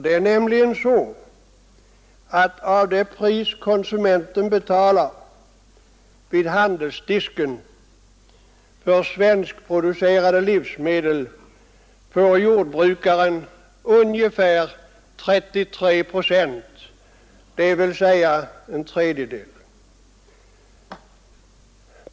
Det är nämligen så, att av det pris som konsumenten betalar vid handelsdisken för svenskproducerade livsmedel får jordbrukaren ungefär 33 procent, dvs. en tredjedel.